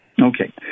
Okay